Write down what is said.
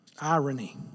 irony